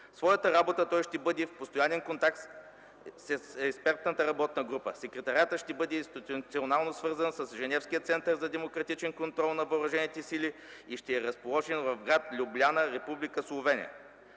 своята работа той ще бъде в постоянен контакт с Експертната работна група. Секретариатът ще бъде институционално свързан с Женевския център за демократичен контрол на въоръжените сили и ще е разположен в гр. Любляна, Република Словения.